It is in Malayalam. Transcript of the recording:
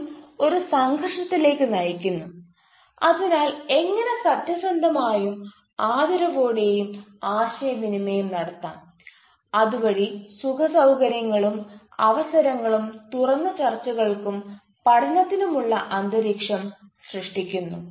ഇതും ഒരു സംഘർഷത്തിലേക്ക് നയിക്കുന്നു അതിനാൽ എങ്ങനെ സത്യസന്ധമായും ആദരവോടെയും ആശയവിനിമയം നടത്താം അതുവഴി സുഖസൌകര്യങ്ങളും അവസരങ്ങളും തുറന്ന ചർച്ചകൾക്കും പഠനത്തിനുമുള്ള അന്തരീക്ഷം സൃഷ്ടിക്കുന്നു